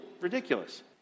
ridiculous